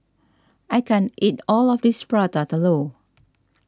I can't eat all of this Prata Telur